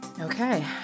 Okay